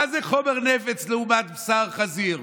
מה זה חומר נפץ לעומת בשר חזיר?